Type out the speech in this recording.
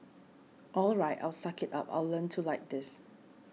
all right I'll suck it up I'll learn to like this